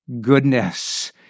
goodness